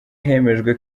hemejwe